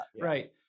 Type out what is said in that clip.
Right